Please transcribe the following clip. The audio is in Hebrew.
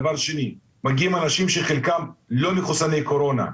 דבר שני, מגיעים אנשים שחלקם לא מחוסני קורונה.